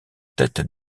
tête